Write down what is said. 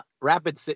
Rapid